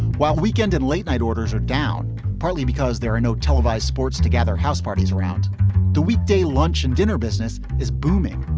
while weekend and late night orders are down partly because there are no televised sports together, house parties around the weekday lunch and dinner. business is booming.